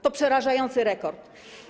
To przerażający rekord.